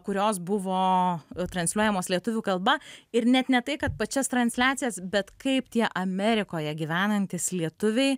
kurios buvo transliuojamos lietuvių kalba ir net ne tai kad pačias transliacijas bet kaip tie amerikoje gyvenantys lietuviai